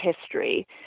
history